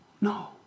no